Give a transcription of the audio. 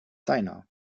seiner